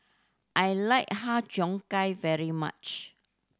I like Har Cheong Gai very much